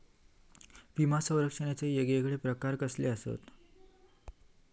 विमा सौरक्षणाचे येगयेगळे प्रकार कसले आसत?